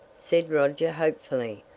said roger hopefully.